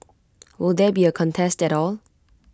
will there be A contest at all